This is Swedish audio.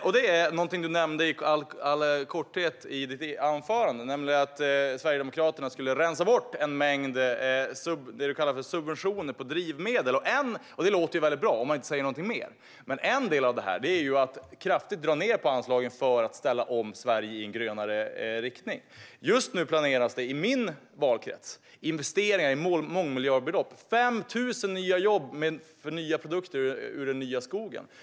Det gäller någonting du nämnde i all korthet i ditt anförande, nämligen att Sverigedemokraterna skulle rensa bort en mängd vad du kallar för subventioner på drivmedel. Det låter ju väldigt bra, om man inte säger någonting mer. Men en del av detta är att kraftigt dra ned på anslagen för att ställa om Sverige i en grönare riktning. Just nu planeras i min valkrets investeringar i mångmiljardbelopp: 5 000 nya jobb för nya produkter i den nya skogen.